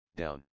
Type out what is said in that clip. down